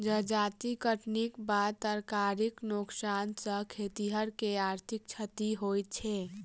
जजाति कटनीक बाद तरकारीक नोकसान सॅ खेतिहर के आर्थिक क्षति होइत छै